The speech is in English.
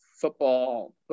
football